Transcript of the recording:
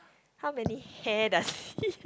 how many hair does he have